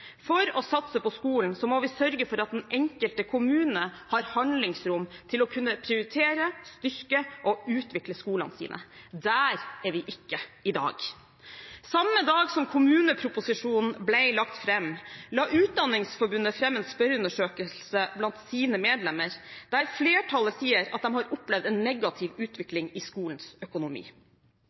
For å satse på skolen må vi sørge for at den enkelte kommune har handlingsrom til å kunne prioritere, styrke og utvikle skolene sine. Der er vi ikke i dag. Samme dag som kommuneproposisjonen ble lagt fram, la Utdanningsforbundet fram en spørreundersøkelse blant sine medlemmer der flertallet sier at de har opplevd en negativ utvikling i skolens økonomi.